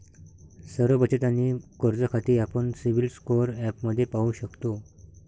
सर्व बचत आणि कर्ज खाती आपण सिबिल स्कोअर ॲपमध्ये पाहू शकतो